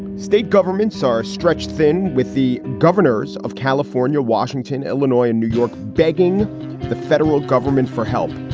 state governments are stretched thin with the governors of california, washington, illinois and new york begging the federal government for help.